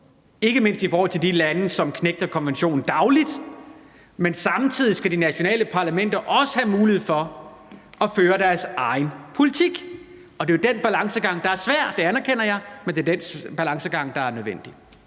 ikke mindst i forhold til de lande, som knægter konventionen dagligt, men samtidig skal de nationale parlamenter også have mulighed for at føre deres egen politik, og det er jo den balancegang, der er svær; det anerkender jeg, men det er den balancegang, der er nødvendig.